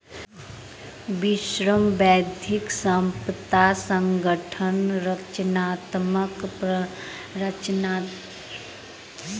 विश्व बौद्धिक संपदा संगठन रचनात्मक गतिविधि के प्रोत्साहित करैत अछि